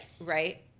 Right